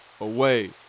away